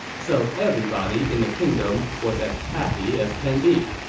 so everybody in the kingdom was as happy as can be